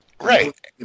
Right